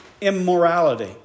immorality